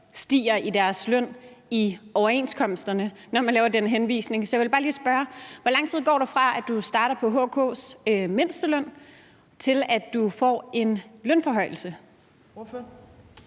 stiger i løn i overenskomsterne, når man laver den henvisning. Så jeg vil bare lige spørge: Hvor lang tid går der, fra at du starter på HK's mindsteløn, til at du får en lønforhøjelse?